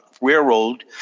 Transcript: railroad